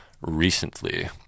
recently